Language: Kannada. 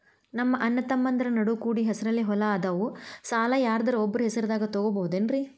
ನಮ್ಮಅಣ್ಣತಮ್ಮಂದ್ರ ನಡು ಕೂಡಿ ಹೆಸರಲೆ ಹೊಲಾ ಅದಾವು, ಸಾಲ ಯಾರ್ದರ ಒಬ್ಬರ ಹೆಸರದಾಗ ತಗೋಬೋದೇನ್ರಿ?